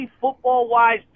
football-wise